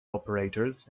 operators